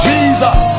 Jesus